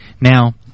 Now